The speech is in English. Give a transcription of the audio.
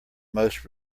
most